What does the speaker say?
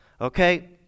okay